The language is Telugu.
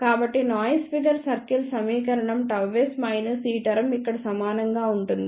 కాబట్టి నాయిస్ ఫిగర్ సర్కిల్ సమీకరణం ΓS మైనస్ ఈ టర్మ్ ఇక్కడ సమానంగా ఉంటుంది